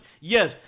Yes